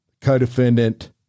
co-defendant